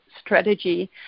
strategy